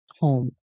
home